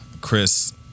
Chris